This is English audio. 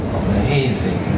amazing